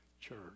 church